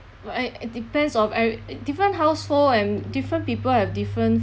well act~ it depends of ev~ uh different household and different people have different